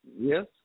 Yes